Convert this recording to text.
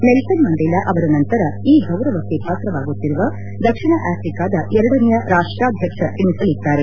Nelson Mandela ಅವರ ನಂತರ ಈ ಗೌರವಕ್ಕೆ ಪಾತ್ರವಾಗುತ್ತಿರುವ ದಕ್ಷಿಣ ಆಫ್ರಿಕಾದ ಎರಡನೆಯ ರಾಷ್ಟಾಧ್ಯಕ್ಷರೆನಿಸಲಿದ್ದಾರೆ